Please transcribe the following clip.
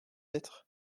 être